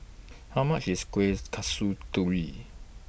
How much IS Kueh Kasturi